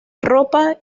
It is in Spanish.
ropa